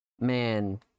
man